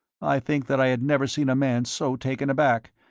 i think that i had never seen a man so taken aback,